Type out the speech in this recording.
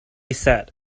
said